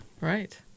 Right